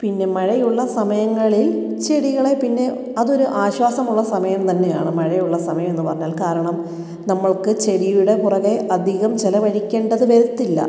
പിന്നെ മഴയുള്ള സമയങ്ങളിൽ ചെടികളെ പിന്നെ അത് ഒരു ആശ്വാസമുള്ള സമയം തന്നെയാണ് മഴയുള്ള സമയം എന്ന് പറഞ്ഞാൽ കാരണം നമ്മൾക്ക് ചെടിയുടെ പുറകെ അധികം ചിലവഴിക്കേണ്ടത് വരത്തില്ല